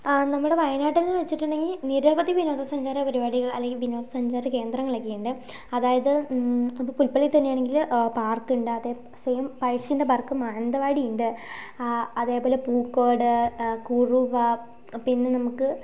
ആ നമ്മുടെ വയനാട്ടിൽ എന്നു വച്ചിട്ടുണ്ടെങ്കിൽ നിരവധി വിനോദസഞ്ചാര പരിപാടികൾ അല്ലെങ്കിൽ വിനോദസഞ്ചാര കേന്ദ്രങ്ങൾ ഒക്കെയുണ്ട് അതായത് ഇപ്പോൾ പുൽപ്പള്ളിയിൽ തന്നെയാണെങ്കിൽ പാർക്ക് ഉണ്ട് അതേ സെയിം പഴശ്ശീൻ്റെ പാർക്ക് മാനന്തവാടി ഉണ്ട് അതേപോലെ പൂക്കോട് കുറുവ പിന്നെ നമുക്ക്